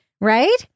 Right